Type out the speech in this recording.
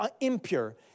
impure